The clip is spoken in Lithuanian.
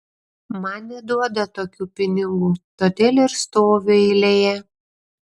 man neduoda tokių pinigų todėl ir stoviu eilėje